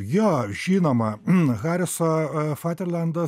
jo žinoma mh hariso faterlendas